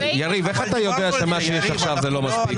איך אתה יודע ששיעור המס עכשיו הוא לא מספיק?